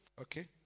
Okay